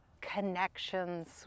connections